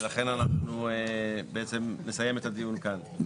ולכן אנחנו בעצם נסיים את הדיון כאן.